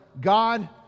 God